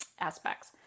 aspects